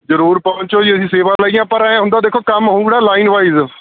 ਜ਼ਰੂਰ ਪਹੁੰਚੋ ਜੀ ਅਸੀਂ ਸੇਵਾ ਲਈ ਹਾਂ ਪਰ ਐਂ ਹੁੰਦਾ ਦੇਖੋ ਕੰਮ ਹੋਵੇਗਾ ਲਾਈਨ ਵਾਈਜ਼